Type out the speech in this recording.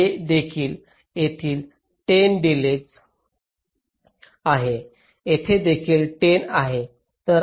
हे देखील येथे 10 आहे येथे देखील 10 आहे